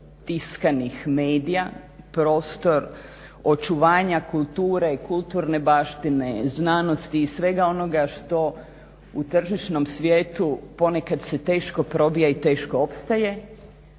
tiskanih medija, prostor očuvanja kulture, kulturne baštine, znanosti i svega onoga što u tržišnom svijetu ponekad se teško probija i teško opstaje